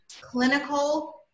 clinical